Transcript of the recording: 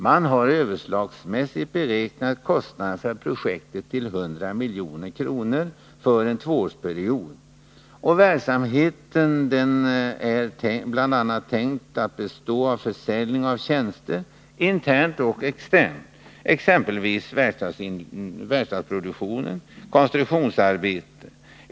Man har överslagsmässigt beräknat kostnaden för projektet till 100 milj.kr. för en tvåårsperiod. Verksamheten är bl.a. tänkt att bestå av försäljning av tjänster, intern och externt, exempelvis verkstadsproduktion och konstruktionsarbete.